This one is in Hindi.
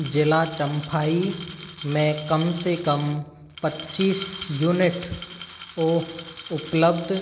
ज़िला चम्फ़ाई में कम से कम पच्चीस युनिट ओह उपलब्ध